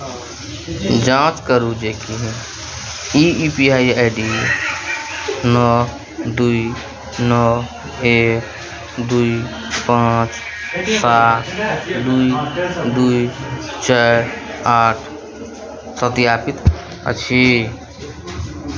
जाँच करू जे कि ई U P I I D नओ दू नओ एक दू पाँच सात दू दू चारि आठ सत्यापित अछि